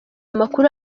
amakuru